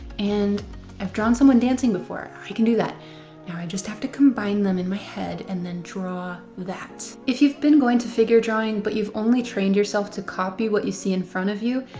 and i've drawn someone dancing before. i can do that. now i just have to combine them in my head and then draw that. if you've been going to figure drawing, but you've only trained yourself to copy what you see in front of you,